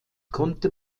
konnte